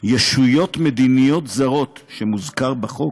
"ישויות מדיניות זרות" שמוזכר בחוק,